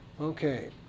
Okay